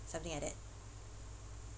something like that